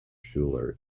schuller